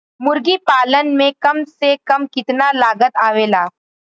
मुर्गी पालन में कम से कम कितना लागत आवेला?